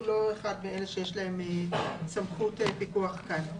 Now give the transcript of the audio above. הוא לא אחד מאלה שיש להם סמכות פיקוח כאן.